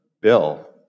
bill